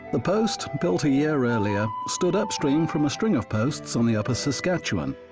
the post, built a year earlier, stood upstream from a string of posts on the upper saskatchewan.